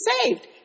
saved